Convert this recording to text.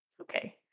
Okay